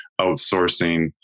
outsourcing